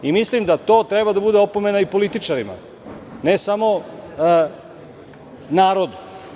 Mislim da to treba da bude opomena i političarima, ne samo narodu.